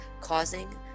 causing